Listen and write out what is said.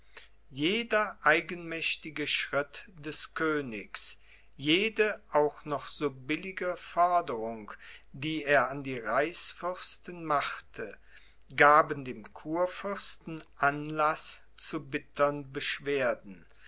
jeder eigenmächtige schritt des königs jede auch noch so billige forderung die er an die reichsfürsten machte gaben dem kurfürsten anlaß zu bittern beschwerden